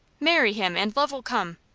marry him, and love will come.